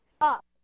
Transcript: up